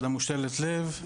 מושתלת הלב.